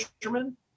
fisherman